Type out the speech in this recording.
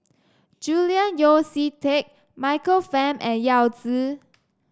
Julian Yeo See Teck Michael Fam and Yao Zi